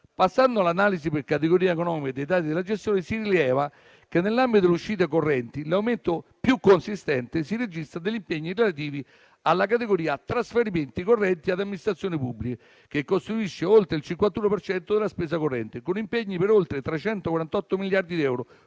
Passando all'analisi per categorie economiche dei dati della gestione, si rileva che, nell'ambito delle uscite correnti, l'aumento più consistente si registra tra gli impegni relativi alla categoria "trasferimenti correnti ad Amministrazioni pubbliche", che costituisce oltre il 51 per cento della spesa corrente, con impegni per oltre 348 miliardi di euro